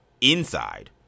inside